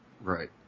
Right